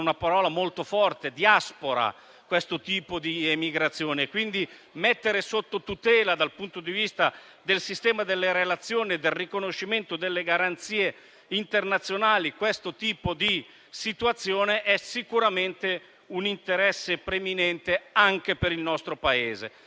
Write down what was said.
una parola molto forte, "diaspora". Mettere sotto tutela, dal punto di vista del sistema delle relazioni e del riconoscimento delle garanzie internazionali, questo tipo di situazioni è sicuramente un interesse preminente anche del nostro Paese.